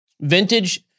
Vintage